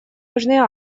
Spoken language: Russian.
южной